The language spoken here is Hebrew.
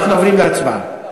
אנחנו עוברים להצבעה.